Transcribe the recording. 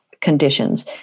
Conditions